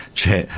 c'è